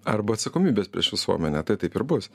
arba atsakomybės prieš visuomenę tai taip ir bus